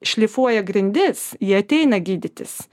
šlifuoja grindis jie ateina gydytis